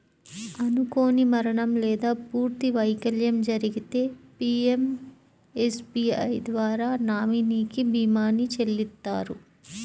అనుకోని మరణం లేదా పూర్తి వైకల్యం జరిగితే పీయంఎస్బీఐ ద్వారా నామినీకి భీమాని చెల్లిత్తారు